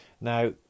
Now